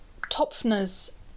Topfner's